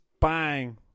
bang